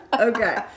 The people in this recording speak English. Okay